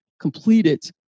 completed